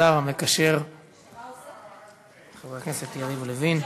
השר המקשר חבר הכנסת יריב לוין.